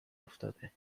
افتاده